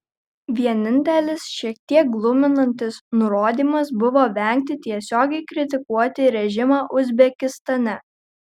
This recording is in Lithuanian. vienintelis šiek tiek gluminantis nurodymas buvo vengti tiesiogiai kritikuoti režimą uzbekistane